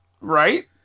Right